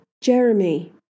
Jeremy